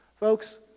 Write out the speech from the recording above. Folks